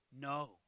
no